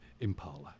Impala